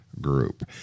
group